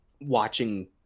watching